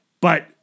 But-